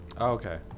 Okay